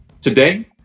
Today